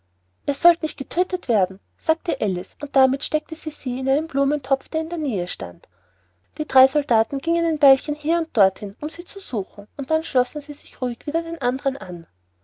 ihr sollt nicht getödtet werden sagte alice und damit steckte sie sie in einen großen blumentopf der in der nähe stand die drei soldaten gingen ein weilchen hier und dorthin um sie zu suchen und dann schlossen sie sich ruhig wieder den andern an